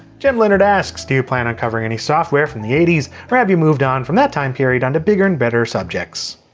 jim leonard asks, do you plan on covering any software from the eighty s, or have you moved on from that time period onto bigger and better subjects?